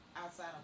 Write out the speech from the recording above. Outside